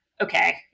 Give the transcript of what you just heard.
Okay